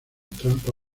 trampa